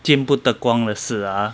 见不得光的事 ah